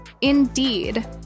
Indeed